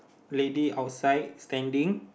lady outside standing